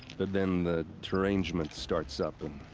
then the. derangement starts up, and.